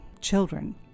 children